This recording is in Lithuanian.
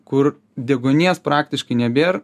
kur deguonies praktiškai nebėr